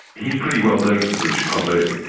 he's pretty well known to the british public.